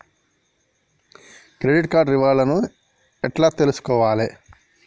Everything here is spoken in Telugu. క్రెడిట్ కార్డు రివార్డ్ లను ఎట్ల తెలుసుకోవాలే?